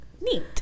Neat